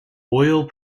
oil